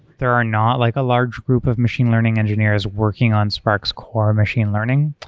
there are not like a large group of machine learning engineers working on spark's core machine learning.